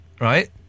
right